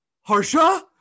Harsha